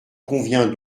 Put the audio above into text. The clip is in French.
convient